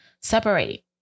separate